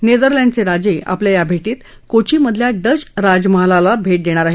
नेदरलँडचे राजे आपल्या या भेटीत कोचीमधल्या डच राजमहालाला भेट देणार आहेत